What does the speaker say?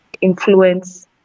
influence